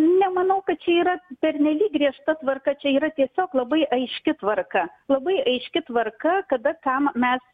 nemanau kad čia yra pernelyg griežta tvarka čia yra tiesiog labai aiški tvarka labai aiški tvarka kada kam mes